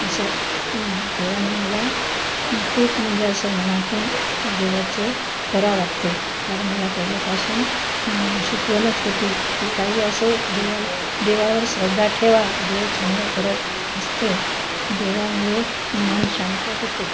असं देवानी मला खूप म्हणजे असं मनातून देवाचं करा वाटते कारण मला पहिलेपासून शिकवणच होती की काही असो देवा देवावर श्रद्धा ठेवा देव चांगलं करत असते देवामुळे मन शांत होते